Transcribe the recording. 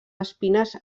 espines